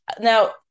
now